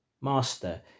Master